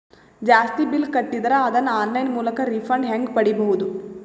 ಜಾಸ್ತಿ ಬಿಲ್ ಕಟ್ಟಿದರ ಅದನ್ನ ಆನ್ಲೈನ್ ಮೂಲಕ ರಿಫಂಡ ಹೆಂಗ್ ಪಡಿಬಹುದು?